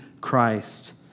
Christ